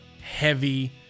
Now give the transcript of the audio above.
heavy